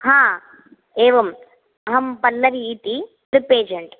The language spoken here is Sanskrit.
हा एवम् अहं पल्लवी इति ट्रिप् एजेन्ट्